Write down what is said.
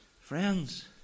Friends